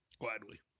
Gladly